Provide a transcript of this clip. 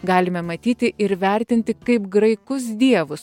galime matyti ir vertinti kaip graikus dievus